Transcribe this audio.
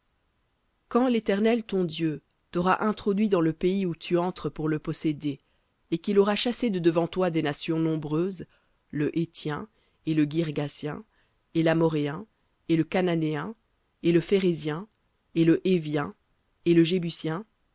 quand l'éternel ton dieu t'aura introduit dans le pays où tu entres pour le posséder et qu'il aura chassé de devant toi des nations nombreuses le héthien et le guirgasien et l'amoréen et le cananéen et le phérézien et le hévien et le jébusien